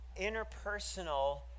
interpersonal